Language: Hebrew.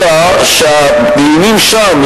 אלא שהדיונים שם,